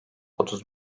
otuz